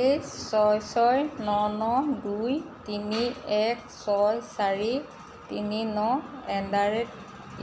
এ ছয় ছয় ন ন দুই তিনি এক ছয় চাৰি তিনি ন এট দ্য ৰেট